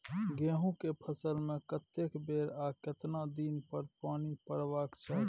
गेहूं के फसल मे कतेक बेर आ केतना दिन पर पानी परबाक चाही?